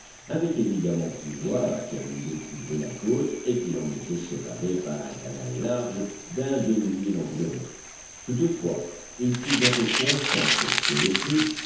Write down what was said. avaient évidemment pu voir qu'un îlot couvrait la côte et qu'il en était séparé par un canal large d'un demi-mille environ toutefois il fut bientôt constant pour cyrus smith